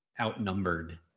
outnumbered